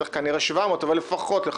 צריך כנראה 700. אם לא,